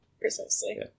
precisely